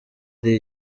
ari